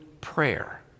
prayer